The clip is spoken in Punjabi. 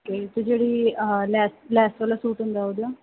ਜਿਹੜੀ ਲੈਸ ਲੈਸ ਵਾਲਾ ਸੂਟ ਹੁੰਦਾ ਉਹਦਾ